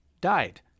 died